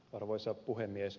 arvoisa puhemies